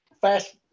fast